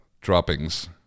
droppings